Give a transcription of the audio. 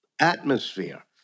atmosphere